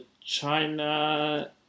China